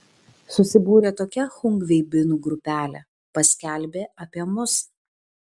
susibūrė tokia chungveibinų grupelė paskelbė apie mus